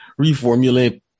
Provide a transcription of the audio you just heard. reformulate